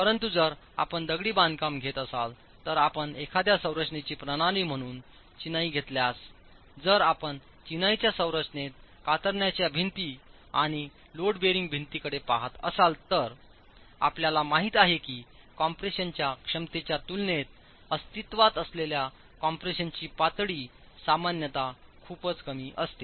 परंतु जर आपण दगडी बांधकाम घेत असाल तर आपण एखाद्या संरचनेची प्रणाली म्हणून चिनाई घेतल्यास जर आपण चिनाईच्या संरचनेत कातरणाच्या भिंती आणि लोड बेअरिंग भिंतींकडे पहात असाल तर आपल्याला माहित आहे की कॉम्प्रेशनच्या क्षमतेच्या तुलनेत अस्तित्वात असलेल्या कॉम्प्रेशनची पातळी सामान्यत खूपच कमी असते